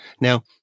Now